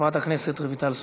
חברת הכנסת רויטל סויד.